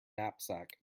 knapsack